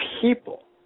people